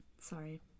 sorry